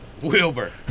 Wilbur